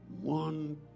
one